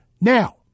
Now